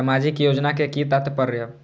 सामाजिक योजना के कि तात्पर्य?